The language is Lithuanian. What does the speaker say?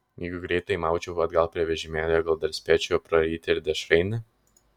jeigu greitai maučiau atgal prie vežimėlio gal dar spėčiau praryti ir dešrainį